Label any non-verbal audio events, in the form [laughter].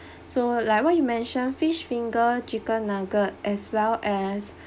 [breath] so like what you mentioned fish finger chicken nugget as well as